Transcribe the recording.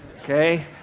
Okay